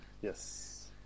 Yes